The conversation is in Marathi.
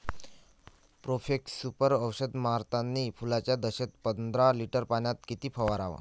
प्रोफेक्ससुपर औषध मारतानी फुलाच्या दशेत पंदरा लिटर पाण्यात किती फवाराव?